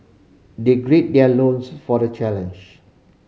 they grid their loins for the challenge